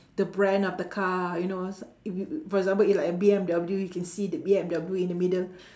the brand of the car you know s~ y~ for example if like a B_M_W you can see the B_M_W in the middle